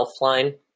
Healthline